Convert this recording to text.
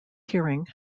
hearing